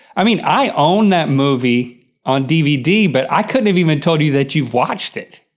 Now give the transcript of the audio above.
i mean, i own that movie on dvd, but i couldn't have even told you that you've watched it.